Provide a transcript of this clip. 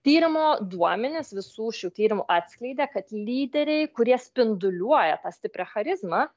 tyrimo duomenys visų šių tyrimų atskleidė kad lyderiai kurie spinduliuoja tą stiprią charizmą